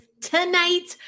Tonight